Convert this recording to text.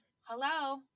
Hello